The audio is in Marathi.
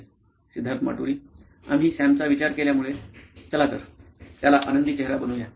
सिद्धार्थ माटुरी मुख्य कार्यकारी अधिकारी नॉइन इलेक्ट्रॉनिक्सआम्ही सॅमचा विचार केल्यामुळे चला तर त्याला आनंदी चेहरा बनवू या